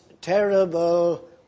terrible